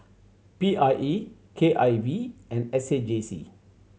P I E K I V and S A J C